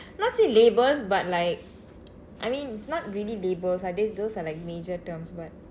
not say labels but like I mean not really labels like these those are like major terms but